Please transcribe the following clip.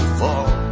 fall